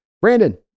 Brandon